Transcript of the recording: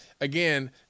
again